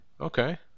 Okay